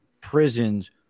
prisons